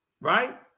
right